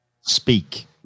Speak